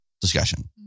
discussion